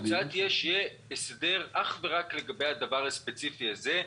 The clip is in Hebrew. התוצאה תהיה שיהיה הסדר אך ורק לגבי הדבר הספציפי הזה.